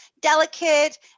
delicate